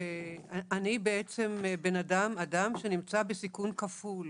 אני בעצם בנאדם, אדם שנמצא בסיכון כפול,